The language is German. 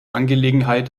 angelegenheit